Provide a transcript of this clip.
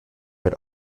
wird